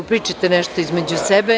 Pričajte nešto između sebe.